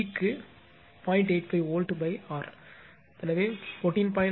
85 volt ஆர் எனவே 14